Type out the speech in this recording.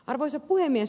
arvoisa puhemies